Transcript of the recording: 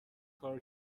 کارو